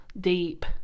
deep